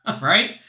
right